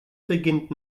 beginnt